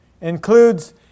includes